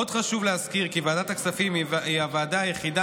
עוד חשוב להזכיר כי ועדת הכספים היא הוועדה היחידה